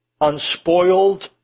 unspoiled